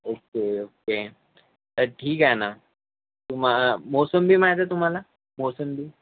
okay okay तर ठीक आहे ना तुम्हा मोसंबी माहीत आहे तुम्हाला मोसंबी